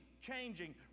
changing